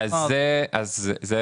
אנחנו